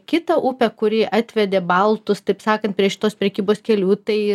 kitą upę kuri atvedė baltus taip sakant prie šitos prekybos kelių tai